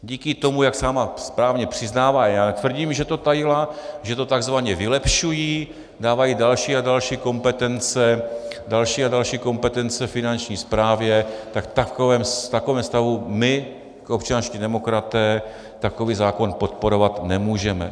Díky tomu, jak sama správně přiznává já netvrdím, že to tajila , že to takzvaně vylepšují, dávají další a další kompetence, další a další kompetence Finanční správě, tak v takovém stavu my občanští demokraté takový zákon podporovat nemůžeme.